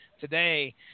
today